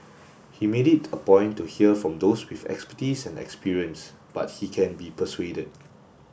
he made it a point to hear from those with expertise and experience but he can be persuaded